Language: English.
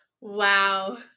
Wow